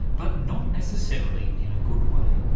but not necessarily in a good way.